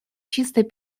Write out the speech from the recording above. чистой